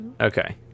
Okay